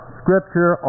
scripture